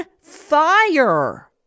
fire